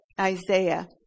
Isaiah